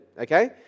Okay